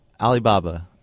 Alibaba